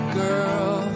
girl